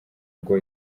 ngo